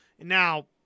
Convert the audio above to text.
now